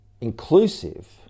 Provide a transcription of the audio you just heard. inclusive